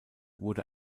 wurde